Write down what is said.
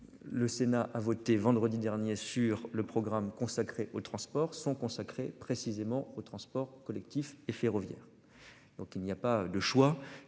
Le Sénat a voté vendredi dernier sur le programme consacré aux transports sont consacré précisément aux transports collectifs et ferroviaire. Donc il n'y a pas le choix